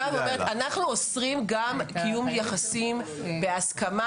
אנחנו אוסרים על קיום יחסים בהסכמה,